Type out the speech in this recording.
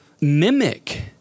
mimic